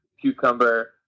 cucumber